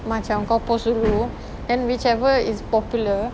macam kau post dulu then whichever is popular